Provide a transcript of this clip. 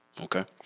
Okay